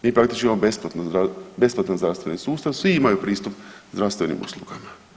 Mi praktički imamo besplatan zdravstveni sustav, svi imaju pristup zdravstvenim uslugama.